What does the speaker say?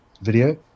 video